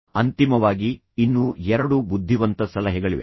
ಅಂತಿಮವಾಗಿ ಇನ್ನೂ ಎರಡು ಬುದ್ಧಿವಂತ ಸಲಹೆಗಳಿವೆ